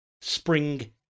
Spring